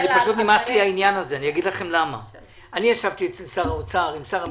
פשוט נמאס לי העניין הזה: אני ישבתי אצל שר האוצר יחד עם שר המשפטים.